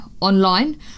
online